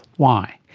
why?